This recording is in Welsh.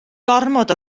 gormod